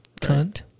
Cunt